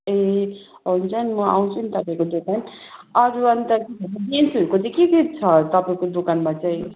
ए हुन्छ नि म आउँछु नि तपाईँको दोकान अरू अन्त जेन्सहरूको चाहिँ के के छ तपाईँको दोकानमा चाहिँ